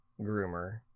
groomer